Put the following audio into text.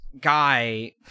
guy